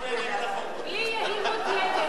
בלי יהירות יתר, בלי.